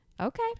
Okay